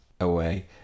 away